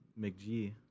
McG